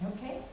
Okay